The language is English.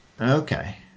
okay